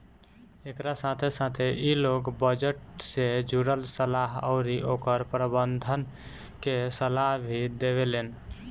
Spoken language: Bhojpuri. एकरा साथे साथे इ लोग बजट से जुड़ल सलाह अउरी ओकर प्रबंधन के सलाह भी देवेलेन